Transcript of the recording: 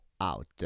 out